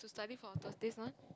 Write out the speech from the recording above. study for Thursday's one